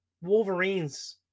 Wolverines